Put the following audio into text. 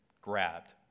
grabbed